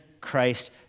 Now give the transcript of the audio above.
Christ